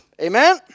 Amen